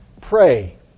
pray